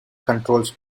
controls